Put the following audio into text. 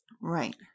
Right